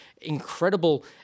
incredible